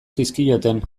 zizkioten